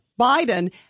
Biden